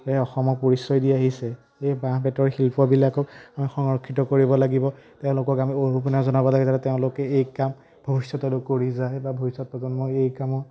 এয়াই অসমক পৰিচয় দি আহিছে এই বাঁহ বেতৰ শিল্পবিলাকক আমি সংৰক্ষিত কৰিব লাগিব তেওঁলোকক আমি অনুপ্ৰেৰণা জনাব লাগে যাতে তেওঁলোকে এই কাম ভৱিষ্যতলৈ কৰি যায় বা ভৱিষ্যত প্ৰজন্মই এই কামত